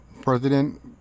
President